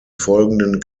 folgenden